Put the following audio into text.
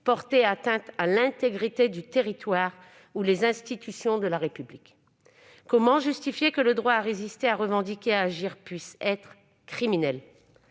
porter atteinte à l'intégrité du territoire ou aux institutions de la République ? Comment justifier que le droit à résister, à revendiquer, à agir puisse être considéré